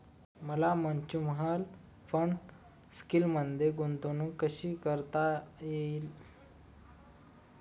मला mutual fund स्कीममध्ये गुंतवणूक कशी सुरू करता येईल?